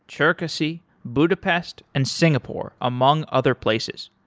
cherkasy, budapest and singapore among other places.